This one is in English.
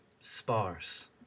sparse